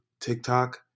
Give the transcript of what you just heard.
TikTok